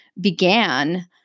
began